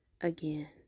again